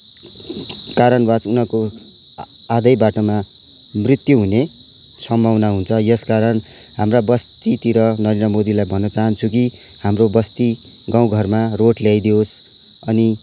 कारणवश उनीहरूको आधा बाटोमा मृत्यु हुने सम्भावना हुन्छ यसकारण हाम्रा बस्तीतिर नरेन्द्र मोदीलाई भन्न चाहान्छु कि हाम्रो बस्ती गाउँ घरमा रोड ल्याइदियोस् अनि